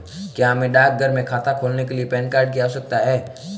क्या हमें डाकघर में खाता खोलने के लिए पैन कार्ड की आवश्यकता है?